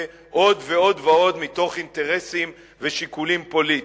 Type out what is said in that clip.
עוד ועוד ועוד מתוך אינטרסים ושיקולים פוליטיים.